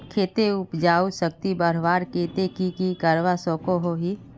खेतेर उपजाऊ शक्ति बढ़वार केते की की करवा सकोहो ही?